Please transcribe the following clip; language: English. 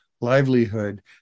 livelihood